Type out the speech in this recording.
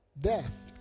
death